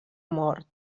mort